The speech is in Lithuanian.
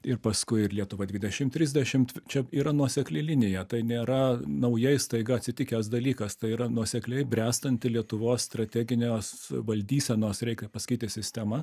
ir paskui ir lietuva dvidešim trisdešimt čia yra nuosekli linija tai nėra naujai staiga atsitikęs dalykas tai yra nuosekliai bręstanti lietuvos strateginios valdysenos reikia pasakyti sistema